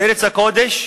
בארץ הקודש,